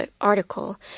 article